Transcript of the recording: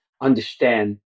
understand